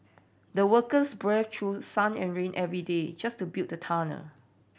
the workers brave through sun and rain every day just to build the tunnel